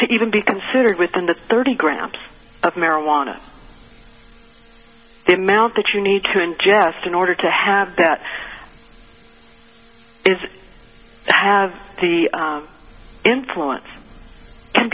to even be considered within the thirty grams of marijuana the amount that you need to ingest in order to have that is have the influence can